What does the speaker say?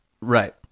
Right